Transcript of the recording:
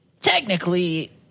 technically